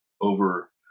over